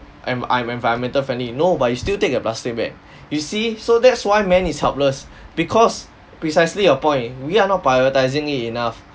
I'm I am environmental friendly no but you still take a plastic bag you see so that's why man is helpless because precisely your point we are not prioritizing it enough